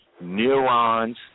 neurons